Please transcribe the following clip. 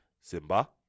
Simba